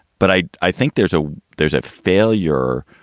but i i think there's a there's a failure.